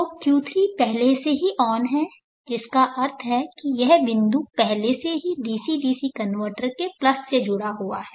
तो Q3 पहले से ही ऑन है जिसका अर्थ है कि यह बिंदु पहले से ही डीसी डीसी कनवर्टर के प्लस से जुड़ा हुआ है